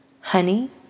Honey